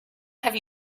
have